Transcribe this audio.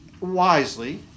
wisely